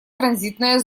транзитная